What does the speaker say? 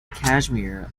kashmir